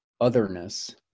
otherness